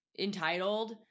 entitled